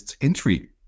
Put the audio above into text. entry